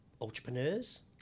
entrepreneurs